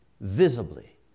visibly